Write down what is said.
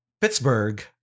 Pittsburgh